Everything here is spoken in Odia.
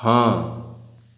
ହଁ